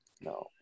no